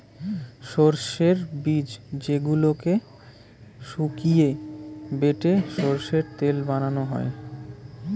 সরষের বীজ যেইগুলোকে শুকিয়ে বেটে সরষের তেল বানানো হই